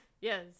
Yes